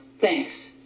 Thanks